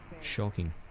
shocking